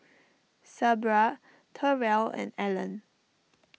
Sabra Terrell and Ellen